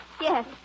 Yes